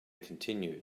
continued